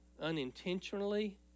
unintentionally